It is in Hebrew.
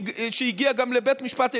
שהגיע גם לבית משפט עליון,